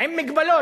עם מגבלות.